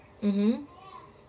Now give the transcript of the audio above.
mmhmm